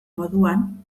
moduan